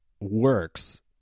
works